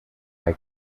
hay